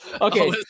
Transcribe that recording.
Okay